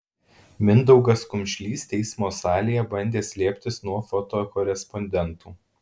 mindaugas kumšlys teismo salėje bandė slėptis nuo fotokorespondentų